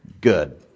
Good